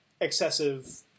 excessive